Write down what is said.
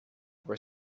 where